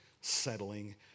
settling